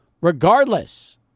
regardless